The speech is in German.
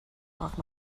warf